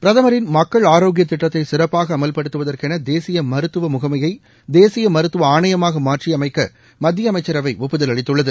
பிரதமரின் மக்கள் ஆரோக்கிய திட்டத்தை சிறப்பாக அமல்படுத்துவதற்கென தேசிய மருத்துவ முகமையை தேசிய மருத்துவ ஆணையமாக மாற்றி அமைக்க மத்திய அமைச்சரவை ஒப்புதல் அளித்துள்ளது